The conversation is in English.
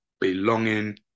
belonging